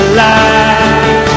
life